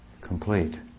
complete